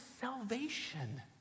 salvation